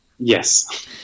Yes